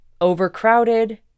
overcrowded